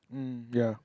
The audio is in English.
mm ya